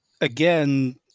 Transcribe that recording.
again